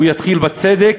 הוא יתחיל בצדק,